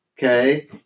okay